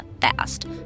fast